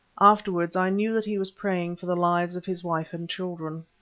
afterwards i knew that he was praying for the lives of his wife and children.